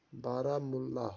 Baramulla